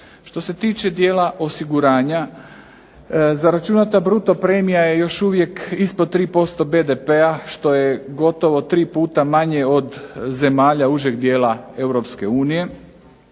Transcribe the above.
Što se tiče dijela osiguranja zaračunata bruto premija je još uvijek ispod 3% BDP-a što je gotovo 3 puta manje od zemalja užeg dijela